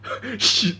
shit